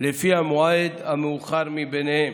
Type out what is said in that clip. לפי המועד המאוחר ביניהם.